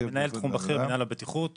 מנהל תחום בכיר במנהל הבטיחות,